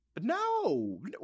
No